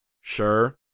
sure